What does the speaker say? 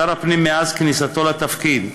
שר הפנים, מאז כניסתו לתפקיד,